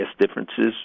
differences